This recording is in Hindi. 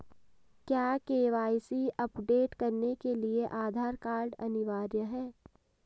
क्या के.वाई.सी अपडेट करने के लिए आधार कार्ड अनिवार्य है?